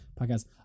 podcast